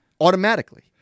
automatically